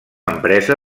empresa